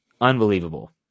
unbelievable